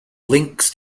links